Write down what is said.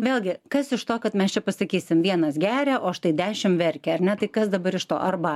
vėlgi kas iš to kad mes čia pasakysim vienas geria o štai dešimt verkia ar ne tai kas dabar iš to arba